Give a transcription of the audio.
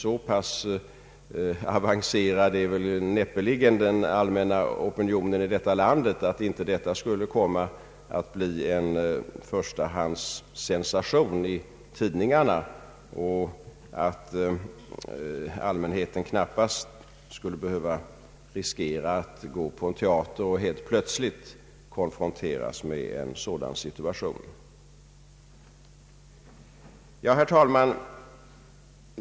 Så avancerad är näppeligen den allmänna opinionen här i landet att detta inte skulle bli en förstasidessensation i tidningarna. Allmänheten skulle knappast behöva riskera att gå på teatern och helt plötsligt konfronteras med en sådan situation. Herr talman!